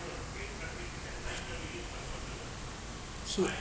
should